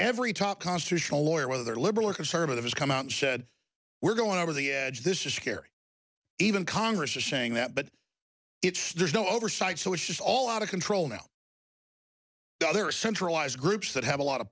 every top constitutional lawyer whether they're liberal or conservative has come out and said we're going over the edge this is scary even congress is saying that but it's there's no oversight so it's just all out of control no other centralized groups that have a lot of